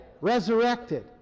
Resurrected